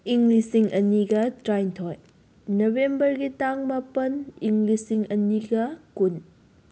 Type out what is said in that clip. ꯏꯪ ꯂꯤꯁꯤꯡ ꯑꯅꯤꯒ ꯇꯔꯥꯅꯤꯊꯣꯏ ꯅꯕꯦꯝꯕꯔꯒꯤ ꯇꯥꯡ ꯃꯥꯄꯟ ꯏꯪ ꯂꯤꯁꯤꯡ ꯑꯅꯤꯒ ꯀꯨꯟ